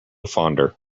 fonder